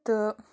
تہٕ